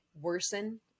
worsen